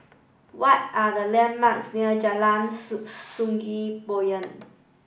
what are the landmarks near Jalan Sungei Poyan